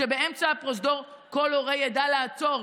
שבאמצע הפרוזדור כל הורה ידע לעצור.